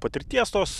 patirties tos